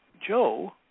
Joe